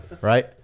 right